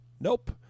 Nope